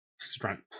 strength